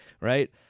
Right